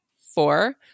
Four